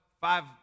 five